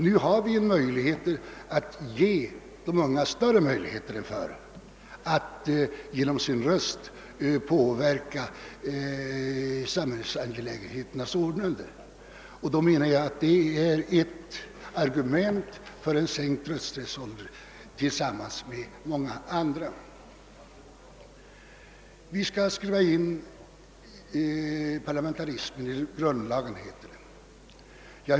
Nu har vi förutsättningar att ge de unga större demokratiskt-parlamentariska möjligheter än förut att genom sin röst påverka samhällsangelägenheternas ordnande. Skall vi inte då göra det? Vi skall skriva in parlamentarismen i grundlagen, heter det.